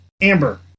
Amber